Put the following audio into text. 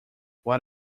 what